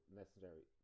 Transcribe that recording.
necessary